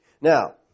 Now